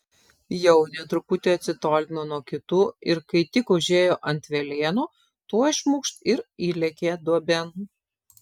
jaunė truputį atsitolino nuo kitų ir kai tik užėjo ant velėnų tuoj šmukšt ir įlėkė duobėn